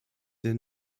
der